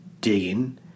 digging